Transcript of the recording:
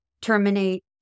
terminate